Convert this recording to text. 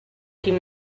quin